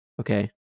okay